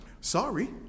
Sorry